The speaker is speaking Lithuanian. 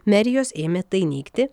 merijos ėmė tai neigti